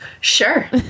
Sure